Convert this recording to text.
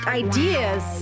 ideas